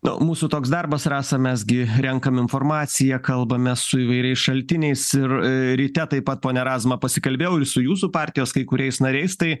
na mūsų toks darbas rasa mes gi renkam informaciją kalbamės su įvairiais šaltiniais ir ryte taip pat pone razma pasikalbėjau su jūsų partijos kai kuriais nariais tai